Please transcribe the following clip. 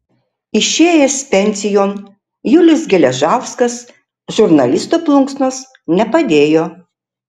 išėjęs pensijon julius geležauskas žurnalisto plunksnos nepadėjo